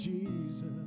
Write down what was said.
Jesus